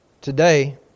Today